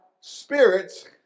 spirits